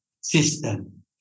system